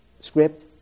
script